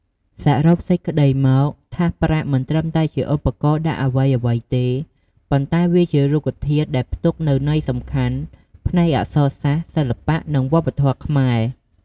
សរុបសេចក្តីមកថាសប្រាក់មិនត្រឹមតែជាឧបករណ៍ដាក់អ្វីៗទេ ប៉ុន្តែវាជារូបធាតុដែលផ្ទុកនូវន័យសំខាន់ផ្នែកអក្សរសាស្ត្រ សិល្បៈ និងវប្បធម៌ខ្មែរ។